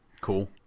Cool